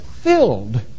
Filled